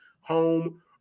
home